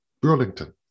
Burlington